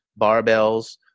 barbells